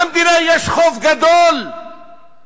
למדינה יש חוב גדול אליהם,